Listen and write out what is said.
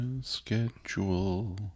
Schedule